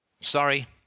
Sorry